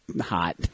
hot